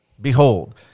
behold